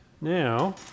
Now